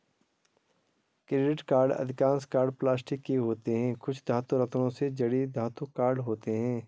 credit card अधिकांश card plastic के होते हैं, कुछ धातु, रत्नों से जड़े धातु कार्ड होते हैं